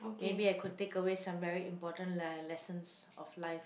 maybe I could take away some very important la~ lessons of life